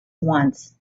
once